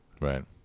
Right